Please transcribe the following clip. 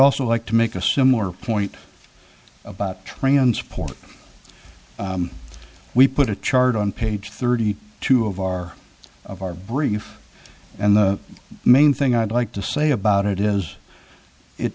also like to make a similar point about training and support we put a chart on page thirty two of our of our brief and the main thing i'd like to say about it is it